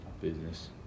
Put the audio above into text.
Business